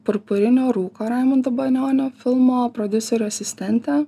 purpurinio rūko raimundo banionio filmo prodiuserio asistente